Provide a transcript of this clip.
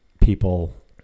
people